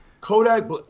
Kodak